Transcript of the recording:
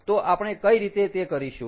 તો આપણે કઈ રીતે તે કરીશું